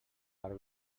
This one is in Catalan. per